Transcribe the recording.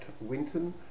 Winton